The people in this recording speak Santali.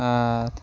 ᱟᱨ